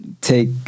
take